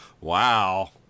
wow